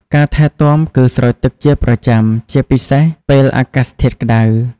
ការថែទាំ គឺស្រោចទឹកជាប្រចាំ ជាពិសេសពេលអាកាសធាតុក្តៅ។